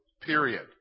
period